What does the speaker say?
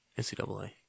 ncaa